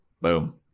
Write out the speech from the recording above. Boom